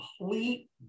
complete